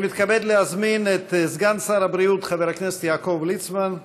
אני מתכבד להזמין את סגן שר הבריאות חבר הכנסת יעקב ליצמן,